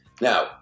Now